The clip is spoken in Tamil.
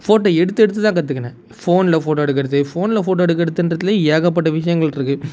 ஃபோட்டோ எடுத்து எடுத்து தான் கற்றுக்குனே ஃபோனில் ஃபோட்டோ எடுக்கிறது ஃபோனில் ஃபோட்டோ எடுக்கிறதுன்றதுலே ஏகப்பட்ட விஷயங்கள் இருக்குது